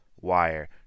Wire